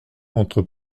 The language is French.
entre